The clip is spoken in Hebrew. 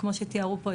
כמו שתיארו פה,